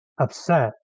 upset